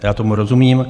Já tomu rozumím.